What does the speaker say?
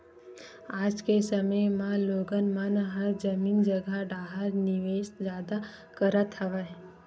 आज के समे म लोगन मन ह जमीन जघा डाहर निवेस जादा करत हवय